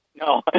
No